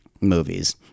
movies